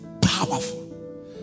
powerful